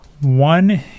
One